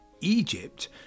Egypt